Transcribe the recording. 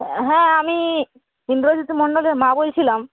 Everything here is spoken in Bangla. হ্যাঁ আমি ইন্দ্রজিৎ মণ্ডলের মা বলছিলাম